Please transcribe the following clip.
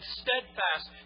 steadfast